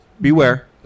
beware